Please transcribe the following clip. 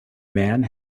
man